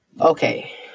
Okay